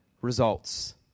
results